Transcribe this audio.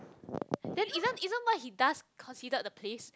then even even what he does considered the place